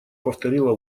повторила